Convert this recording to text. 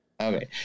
Okay